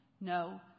No